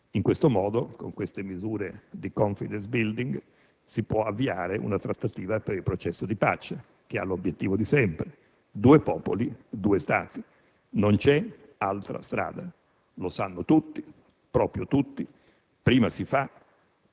In questo modo, con queste misure di *confidence building*, si può avviare una trattativa per il processo di pace, che ha l'obiettivo di sempre: due popoli, due Stati. Non c'è altra strada. Lo sanno tutti, proprio tutti; prima si fa,